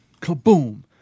Kaboom